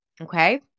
okay